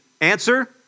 Answer